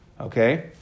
Okay